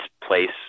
place